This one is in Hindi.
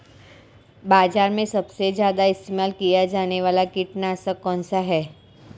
बाज़ार में सबसे ज़्यादा इस्तेमाल किया जाने वाला कीटनाशक कौनसा है?